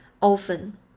Often